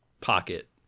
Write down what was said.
Pocket